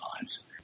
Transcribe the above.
lives